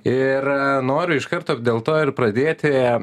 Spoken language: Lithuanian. ir noriu iš karto dėl to ir pradėti